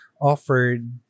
offered